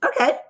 Okay